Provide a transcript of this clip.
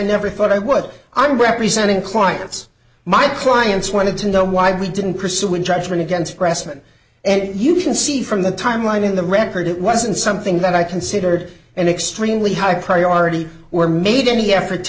never thought i would i'm representing clients my clients wanted to know why we didn't pursue in judgment against precedent and you can see from the timeline in the record it wasn't something that i considered an extremely high priority were made any effort to